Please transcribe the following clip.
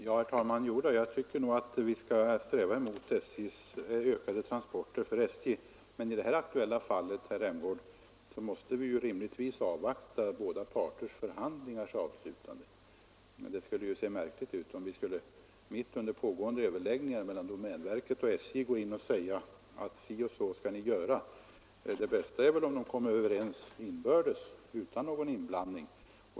Herr talman! Jo då, jag tycker att vi skall sträva efter ökade transporter för SJ. Men i det här aktuella fallet måste vi, herr Rämgård, avvakta de båda parternas förhandlingar. Det skulle se märkligt ut om vi mitt under pågående överläggningar mellan domänverket och SJ skulle gå in och tala om hur de skall göra. Det bästa är om de kan komma överens inbördes utan någon inblandning.